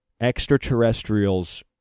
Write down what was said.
extraterrestrials